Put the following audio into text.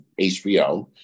HBO